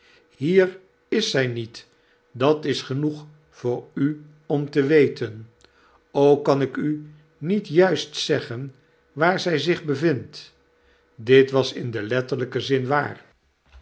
hier is zij niet dat is genoeg voor u om te weten ook kan ik u niet juist zeggen waar zij zich bevindt dit was in den letterlijken zin waar